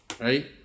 Right